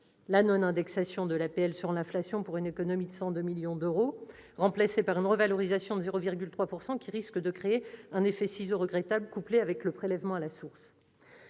la non-indexation de l'APL sur l'inflation, pour une économie de 102 millions d'euros, remplacée par une revalorisation de 0,3 %, qui risque de créer un effet ciseaux regrettable, couplé avec le prélèvement à la source.